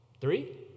Three